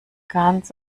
ganz